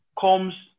comes